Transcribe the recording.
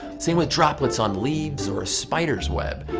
same with droplets on leaves or a spider's web.